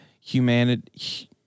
humanity